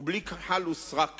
ובלי כחל ושרק